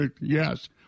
yes